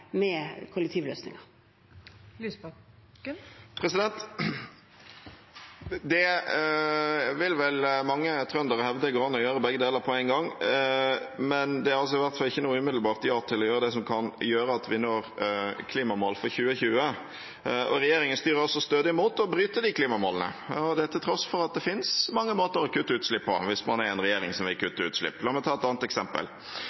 Mange trøndere vil vel hevde det går an å gjøre begge deler på en gang. Men det er i hvert fall ikke noe umiddelbart ja til å gjøre det som kan gjøre at vi når klimamålene for 2020, og regjeringen styrer altså stødig mot å bryte de klimamålene, til tross for at det finnes mange måter å kutte utslipp på hvis man er en regjering som vil kutte utslipp. La meg ta et annet eksempel.